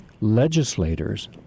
legislators